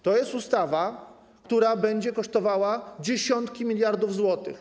To jest ustawa, która będzie kosztowała dziesiątki miliardów złotych.